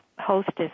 hostess